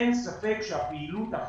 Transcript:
אין ספק שהפעילות,